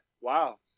wow